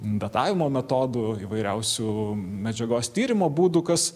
datavimo metodų įvairiausių medžiagos tyrimo būdų kas